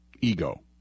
ego